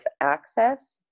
access